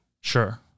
Sure